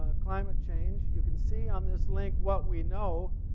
ah climate change. you can see on this link what we know,